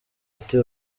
ati